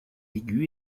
aigu